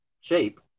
shape